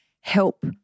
help